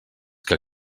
que